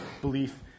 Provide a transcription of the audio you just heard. belief